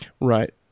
Right